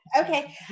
okay